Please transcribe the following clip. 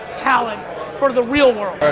talent for the real world.